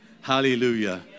hallelujah